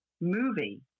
movie